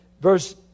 verse